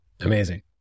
amazing